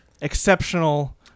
exceptional –